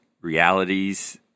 realities